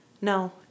no